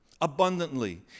abundantly